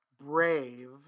brave